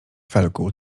felku